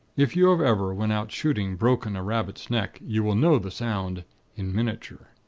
if you have ever, when out shooting, broken a rabbit's neck, you will know the sound in miniature!